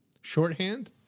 shorthand